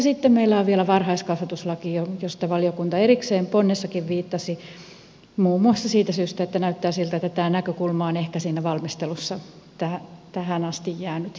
sitten meillä on vielä varhaiskasvatuslaki johon valiokunta erikseen ponnessakin viittasi muun muassa siitä syystä että näyttää siltä että tämä näkökulma on ehkä siinä valmistelussa tähän asti jäänyt hiukan vähemmälle